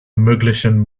möglichen